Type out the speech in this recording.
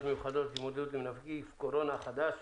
מיוחדות להתמודדות עם נגיף הקורונה החדש